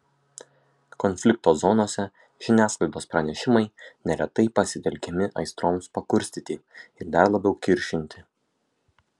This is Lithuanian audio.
konflikto zonose žiniasklaidos pranešimai neretai pasitelkiami aistroms pakurstyti ir dar labiau kiršinti